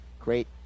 great